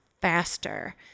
faster